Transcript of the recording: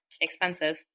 expensive